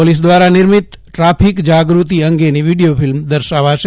police દ્વારા નિર્મિત traffic જાગૃતિ અંગેની વીડિથો ફિલ્મ દર્શાવાશે